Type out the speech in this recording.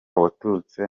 waturutse